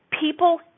people